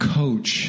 coach